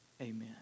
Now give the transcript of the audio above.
Amen